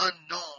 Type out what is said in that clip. unknown